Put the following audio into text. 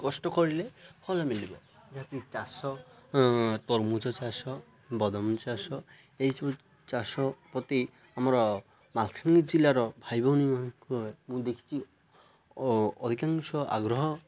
କଷ୍ଟ କରିଲେ ଫଳ ମଳିବ ଯାହାକି ଚାଷ ତରଭୁଜ ଚାଷ ବଦାମ ଚାଷ ଏହିସବୁ ଚାଷ ପ୍ରତି ଆମର ମାଲକାନଗିରି ଜିଲ୍ଲାର ଭାଇ ଭଉଣୀମାନଙ୍କର ମୁଁ ଦେଖିଛି ଅଧିକାଂଶ ଆଗ୍ରହ